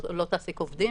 לא תעסיק עובדים?